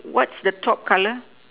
what's the top color